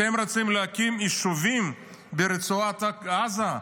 אתם רוצים להקים יישובים ברצועת עזה?